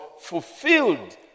fulfilled